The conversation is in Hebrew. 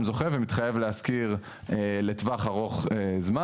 זוכה ומתחייב להשכיר לטווח ארוך זמן.